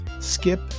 Skip